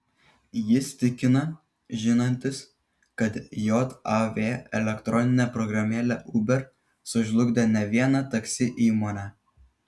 jis tikina žinantis kad jav elektroninė programėlė uber sužlugdė ne vieną taksi įmonę